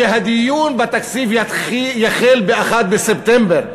שהדיון בתקציב יחל ב-1 בספטמבר,